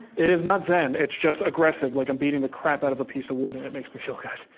it is not zen. it's just aggressive, like i'm beating the crap out of a piece of wood, and that makes me feel good.